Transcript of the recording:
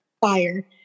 Fire